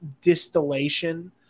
distillation